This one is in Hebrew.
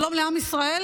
שלום לעם ישראל,